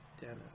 Dennis